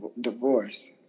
divorce